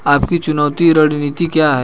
आपकी चुकौती रणनीति क्या है?